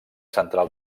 central